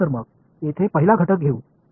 இங்கே இருக்கும் முதல் கூறுகளை எடுத்துக்கொள்வோம்